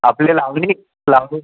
आपली लावणी लावणी